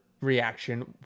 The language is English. reaction